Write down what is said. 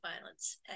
violence